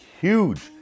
Huge